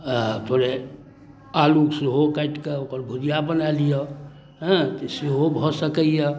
थोड़े आलू सेहो काटि कऽ ओकर भुजिया बना लिअ हँ तऽ सेहो भऽ सकइए